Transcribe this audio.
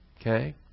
Okay